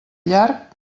llarg